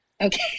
okay